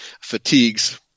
fatigues